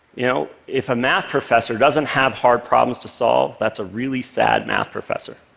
you know? if a math professor doesn't have hard problems to solve, that's a really sad math professor.